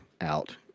out